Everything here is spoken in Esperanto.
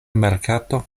merkato